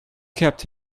kept